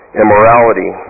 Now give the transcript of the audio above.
immorality